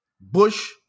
Bush